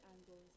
angles